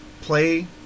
play